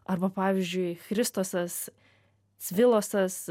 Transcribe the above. arba pavyzdžiui christosas svilosas